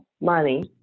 money